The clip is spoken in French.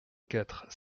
quatre